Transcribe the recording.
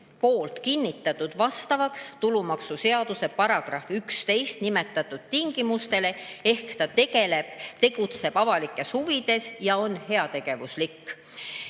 poolt kinnitatud vastavaks tulumaksuseaduse §-s 11 nimetatud tingimustel, ehk ta tegutseb avalikes huvides ja on heategevuslik."Ja